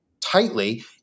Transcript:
tightly